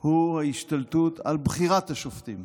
הוא ההשתלטות על בחירת השופטים.